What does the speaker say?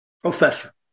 professor